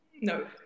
no